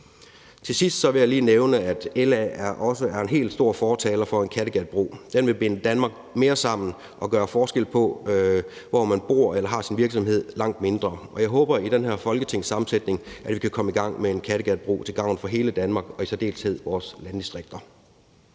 Til sidst vil jeg lige nævne, at LA også er en helt stor fortaler for en Kattegatbro. Den vil binde Danmark mere sammen og gøre forskellen på, hvor man bor eller har sin virksomhed, langt mindre. Og jeg håber, at vi inden for den her folketingssammensætning kan komme i gang med en Kattegatbro til gavn for hele Danmark og i særdeleshed vores landdistrikter.